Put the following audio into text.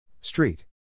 Street